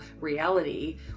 reality